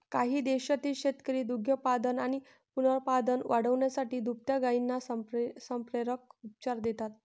काही देशांतील शेतकरी दुग्धोत्पादन आणि पुनरुत्पादन वाढवण्यासाठी दुभत्या गायींना संप्रेरक उपचार देतात